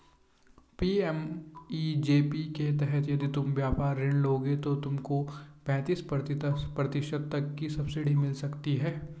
PMEGP के तहत यदि तुम व्यापार ऋण लोगे तो तुमको पैंतीस प्रतिशत तक की सब्सिडी मिल सकती है